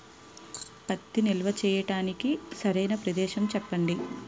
పత్తి నిల్వ చేయటానికి సరైన ప్రదేశం చెప్పండి?